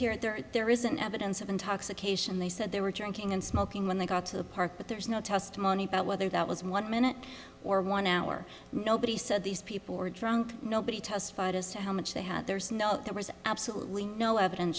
here and there or there isn't evidence of intoxication they said they were drinking and smoking when they got to the park but there is no testimony about whether that was one minute or one hour nobody said these people were drunk nobody testified as to how much they had there's no there was absolutely no evidence